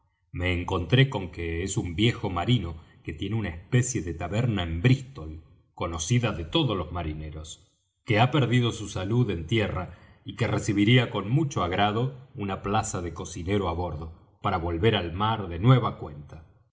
me encontré con que es un viejo marino que tiene una especie de taberna en brístol conocida de todos los marineros que ha perdido su salud en tierra y que recibiría con mucho agrado una plaza de cocinero á bordo para volver al mar de nueva cuenta